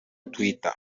twitter